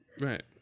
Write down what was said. Right